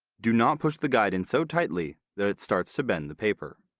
do not push the guide in so tightly that it starts to bend the paper.